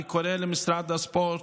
אני קורא למשרד הספורט,